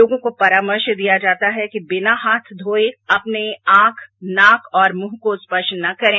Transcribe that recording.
लोगों को परामर्श दिया जाता है कि बिना हाथ धोये अपने आंख नाक और मुंह को स्पर्श न करें